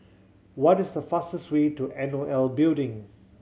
what is the fastest way to N O L Building